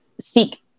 seek